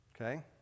Okay